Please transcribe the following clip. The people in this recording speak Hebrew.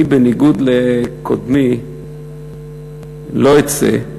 אני, בניגוד לקודמי, לא אצא,